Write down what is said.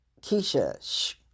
Keisha